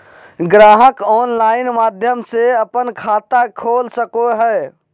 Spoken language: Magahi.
ग्राहक ऑनलाइन माध्यम से अपन खाता खोल सको हइ